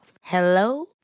Hello